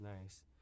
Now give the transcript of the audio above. nice